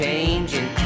Changing